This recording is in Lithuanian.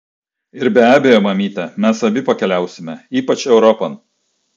ir be abejo mamyte mes abi pakeliausime ypač europon